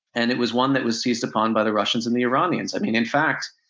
and it was one that was seized upon by the russians and the iranians. i mean, in fact,